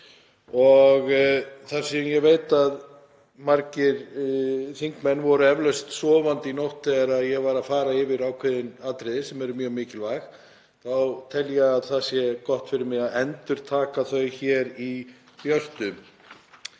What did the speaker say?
Þar sem ég veit að margir þingmenn voru eflaust sofandi í nótt þegar ég var að fara yfir ákveðin atriði sem eru mjög mikilvæg þá tel ég að það sé gott fyrir mig að endurtaka þau hér í björtu.